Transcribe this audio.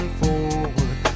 forward